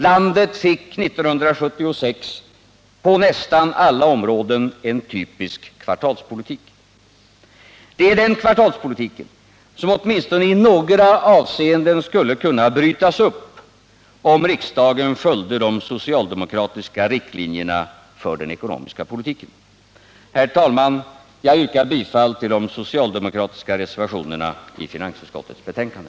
Landet fick 1976 på nästan alla områden en typisk kvartalspolitik. Det är den kvartalspolitiken som åtminstone i några avseenden skulle kunna brytas upp, om riksdagen följde de socialdemokratiska riktlinjerna för den ekonomiska politiken. Herr talman! Jag yrkar bifall till de socialdemokratiska reservationerna i finansutskottets betänkande.